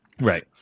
Right